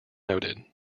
noted